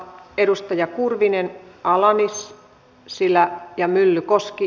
edustajat kurvinen ala nissilä ja myllykoski